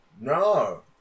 No